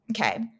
Okay